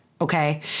Okay